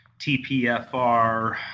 tpfr